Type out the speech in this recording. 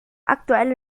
aktuelle